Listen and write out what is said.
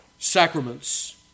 Sacraments